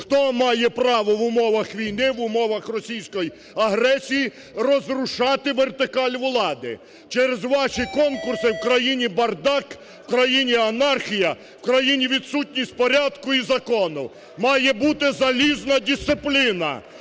Хто має право в умовах війни, в умовах російської агресії розрушати вертикаль влади? Через ваші конкурси в країні бардак, в країні анархія, в країні відсутність порядку і закону! Має бути залізна дисципліна!